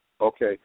Okay